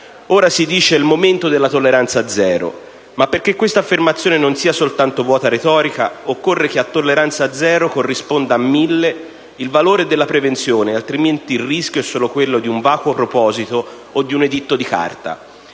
Ora, si dice, è il momento della tolleranza zero. Ma perché questa affermazione non sia soltanto vuota retorica, occorre che a tolleranza zero corrisponda a mille il valore della prevenzione, altrimenti il rischio è solo quello di un vacuo proposito o di un editto di carta.